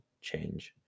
Change